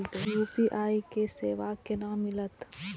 UPI के सेवा केना मिलत?